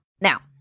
Now